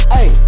Hey